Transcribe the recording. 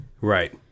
Right